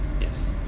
Yes